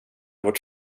vårt